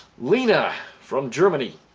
lena from germany.